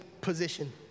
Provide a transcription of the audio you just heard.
position